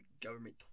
government